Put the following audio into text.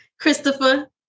Christopher